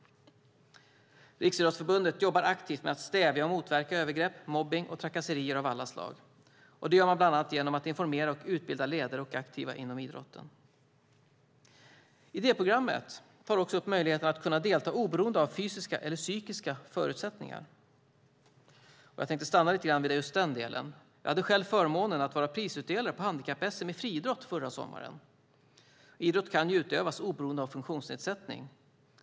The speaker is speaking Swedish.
Riksidrottsförbundet jobbar aktivt med att stävja och motverka övergrepp, mobbning och trakasserier av alla slag. Det gör man bland annat genom att informera och utbilda ledare och aktiva inom idrotten. Idéprogrammet tar också upp möjligheterna att delta oberoende av fysiska och psykiska förutsättningar. Jag tänkte stanna lite grann vid just den delen. Jag hade själv förmånen att få vara prisutdelare på handikapp-SM i friidrott förra sommaren. Idrott kan utövas oberoende av funktionsnedsättning.